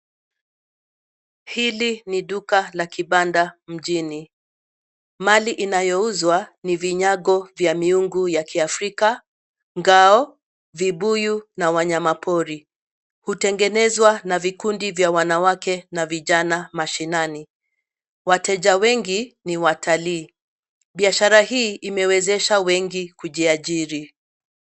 Hili ni duka la kibanda mjini. Mali inayouzwa ni vinyago vya miungu ya kiafrika, ngao, vibuyu na wanyama pori. Hutengenezwa na vikundi vya wanawake na vijana mashinani. Wateja wengi ni watalii. Biashara hii imewezesha wengi kujiairi.